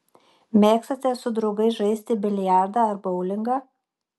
mėgstate su draugais žaisti biliardą ar boulingą